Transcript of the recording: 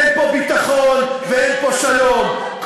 אין פה ביטחון ואין פה שלום.